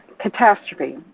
catastrophe